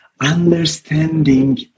understanding